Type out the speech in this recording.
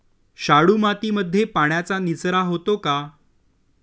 शाडू मातीमध्ये पाण्याचा निचरा होतो का?